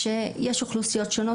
שיש אוכלוסיות שונות,